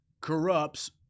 corrupts